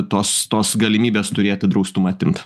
tos tos galimybės turėti draustumą atimt